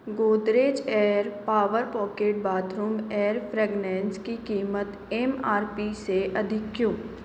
Godrej air power pocket bathroom air fragrance की कीमत M R P से अधिक क्यों